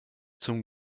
zum